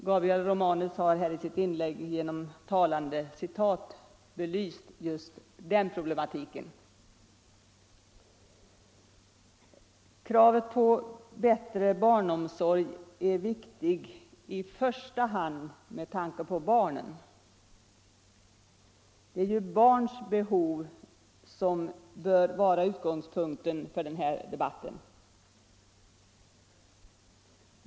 Gabriel Romanus har ju i sitt inlägg med talande citat belyst just den problematiken. Kravet på bättre barnomsorg är viktigt i första hand med tanke på barnen, och det är barnens behov som bör vara utgångspunkten för denna debatt.